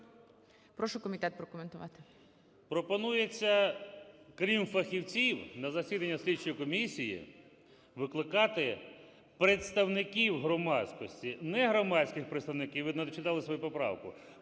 Прошу комітет прокоментувати. 11:59:53 КУПРІЄНКО О.В. Пропонується крім фахівців на засідання слідчої комісії викликати представників громадськості. Не громадських представників, ви не дочитали свою поправку,